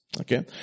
okay